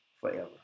forever